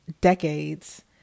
decades